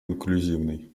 инклюзивной